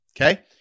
Okay